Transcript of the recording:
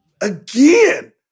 again